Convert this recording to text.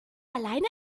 alleine